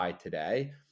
today